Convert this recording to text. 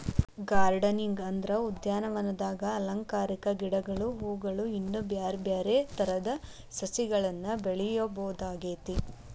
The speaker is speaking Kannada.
ಗಾರ್ಡನಿಂಗ್ ಅಂದ್ರ ಉದ್ಯಾನವನದಾಗ ಅಲಂಕಾರಿಕ ಗಿಡಗಳು, ಹೂವುಗಳು, ಇನ್ನು ಬ್ಯಾರ್ಬ್ಯಾರೇ ತರದ ಸಸಿಗಳನ್ನ ಬೆಳಿಯೋದಾಗೇತಿ